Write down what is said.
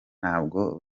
ntabwo